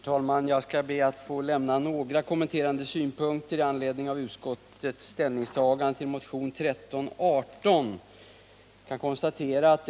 niserande av Herr talman! Jag vill här anlägga några kompletterande synpunkter med ri motionsidrott anledning av utskottets ställningstagande till motionen 1318.